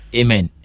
amen